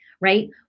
right